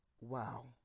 wow